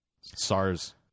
SARS